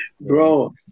Bro